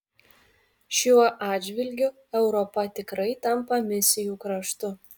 šiuo atžvilgiu europa tikrai tampa misijų kraštu